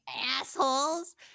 assholes